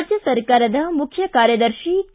ರಾಜ್ಯ ಸರ್ಕಾರದ ಮುಖ್ಯ ಕಾರ್ಯದರ್ಶಿ ಕೆ